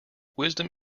wisdom